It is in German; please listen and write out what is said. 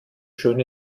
schön